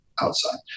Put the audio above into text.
outside